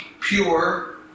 pure